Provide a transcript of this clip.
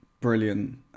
brilliant